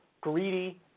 greedy